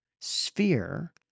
sphere